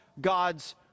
God's